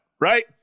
right